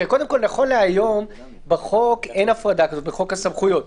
נכון להיום בחוק אין הפרדה כזאת, בחוק הסמכויות.